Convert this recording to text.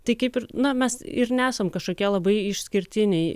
tai kaip ir na mes ir nesam kažkokie labai išskirtiniai